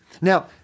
Now